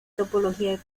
topología